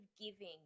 giving